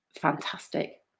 fantastic